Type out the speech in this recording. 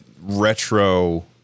retro